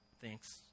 thanks